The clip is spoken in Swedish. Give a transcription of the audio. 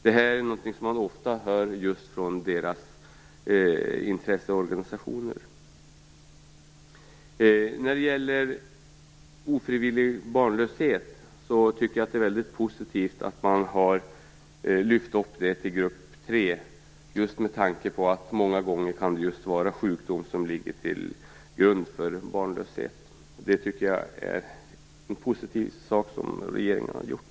Det här är någonting som man ofta hör just från de psykiskt sjukas intresseorganisationer. Jag tycker att det är väldigt positivt att man har lyft upp ofrivillig barnlöshet till grupp 3, just med tanke på att det många gånger kan vara sjukdom som ligger till grund för barnlösheten. Det tycker jag är en positiv sak som regeringen har gjort.